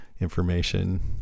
information